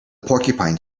porcupine